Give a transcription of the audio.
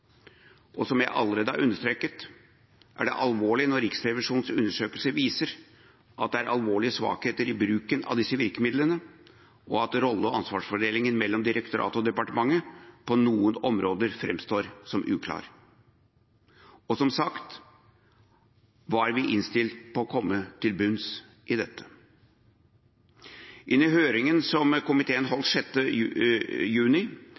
beredskapsområdet Som jeg allerede har understreket, er det alvorlig når Riksrevisjonens undersøkelse viser at det er alvorlige svakheter i bruken av disse virkemidlene, og at rolle- og ansvarsfordelingen mellom direktoratet og departementet på noen områder fremstår som uklar. Og, som sagt: Vi var innstilt på å komme til bunns i dette. Under høringen, som komiteen holdt 6. juni,